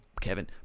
kevin